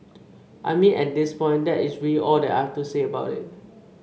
I mean at this point that is really all that I have to say about it